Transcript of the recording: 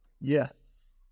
Yes